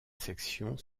section